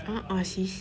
a'ah sis